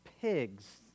pigs